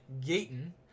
Gayton